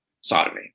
sodomy